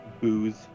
booze